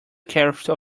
careful